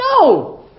No